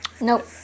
Nope